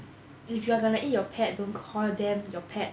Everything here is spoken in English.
if you are gonna eat your pet don't call them your pet